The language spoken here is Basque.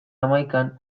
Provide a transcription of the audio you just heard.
hamaikan